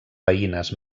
veïnes